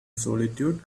solitude